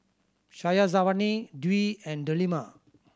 Syazwani Dwi and Delima